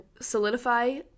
solidify